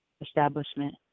establishment